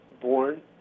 born